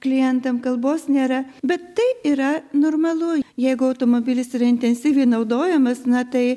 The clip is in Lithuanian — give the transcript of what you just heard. klientam kalbos nėra bet tai yra normalu jeigu automobilis yra intensyviai naudojamas na tai